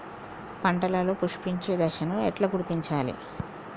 పంటలలో పుష్పించే దశను ఎట్లా గుర్తించాలి?